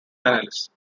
analysts